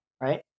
right